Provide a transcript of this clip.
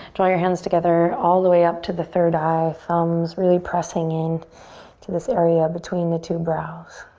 draw your hands together all the way up to the third eye. thumbs really pressing in to this area between the two brows.